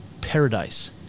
Paradise